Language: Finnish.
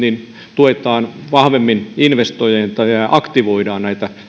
tuetaan vahvemmin investointeja ja ja aktivoidaan